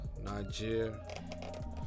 Nigeria